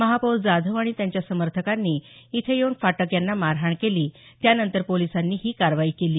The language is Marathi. महापौर जाधव आणि त्यांच्या समर्थकांनी इथे येऊन फाटक यांना मारहाण केली त्यानंतर पोलिसांनी ही कारवाई केली